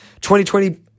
2020